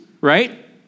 right